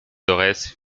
torres